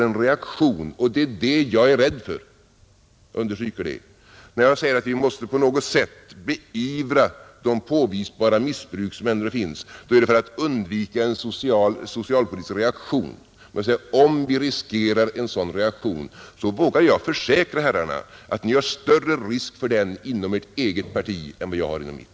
När jag säger att vi måste på något sätt beivra de påvisbara missbruk som ändå förekommer, då är det för att undvika en socialpolitisk reaktion. Men om vi riskerar en sådan reaktion — och det är det jag är rädd för, jag understryker det — vågar jag försäkra herrarna att ni har större risk för den inom ert eget parti än vad jag har inom mitt.